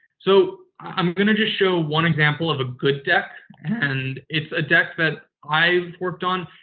so, i'm going to just show one example of a good deck. and it's a deck that i've worked on.